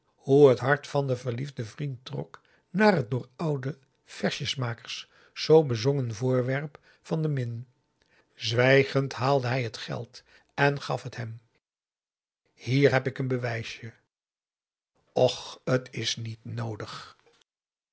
hoe het hart van den verliefden vriend trok naar het door oude versjesmakers zoo bezongen voorwerp van de min zwijgend haalde hij het geld en gaf het hem hier heb ik een bewijsje och t is niet noodig